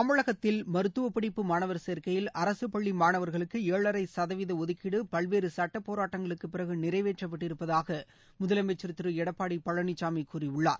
தமிழகத்தில் மருத்துவப்படிப்பு மாணவர் சேர்க்கையில் அரசு பள்ளி மாணவர்களுக்கு ஏழளர சதவீத ஒதுக்கீடு பல்வேறு சட்ட போராட்டங்களுக்கு பிறகு நிறைவேற்றப்பட்டிருப்பதாக முதலமைச்சர் திரு எடப்பாடி பழனிசாமி கூறியுள்ளார்